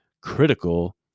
critical